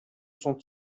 son